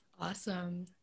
Awesome